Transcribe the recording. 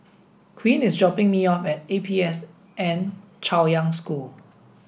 Quint is dropping me off at A P S N Chaoyang School